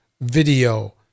video